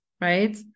right